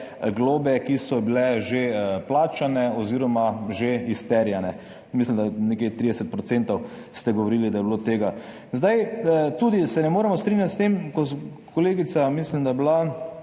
globe, ki so bile že plačane oziroma že izterjane, nekje 30 % ste govorili, da je bilo tega. Tudi se ne moremo strinjati s tem, kolegica, mislim, da je bila